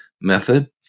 method